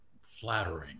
flattering